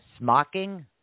Smocking